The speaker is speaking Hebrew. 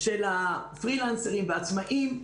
של הפרילנסרים והעצמאים.